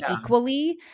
equally